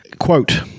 Quote